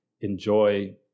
enjoy